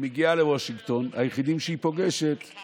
היא מגיעה לוושינגטון, והיחידים שהיא פוגשת הם